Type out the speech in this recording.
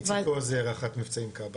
איציק עוז - רח"ט מבצעים כב"ה.